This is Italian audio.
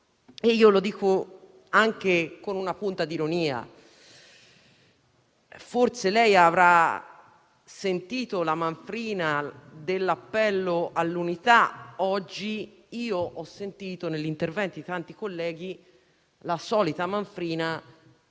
basso. Lo dico anche con una punta di ironia, forse lei avrà sentito la manfrina dell'appello all'unità, oggi io ho invece sentito negli interventi di tanti colleghi la solita manfrina